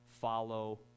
follow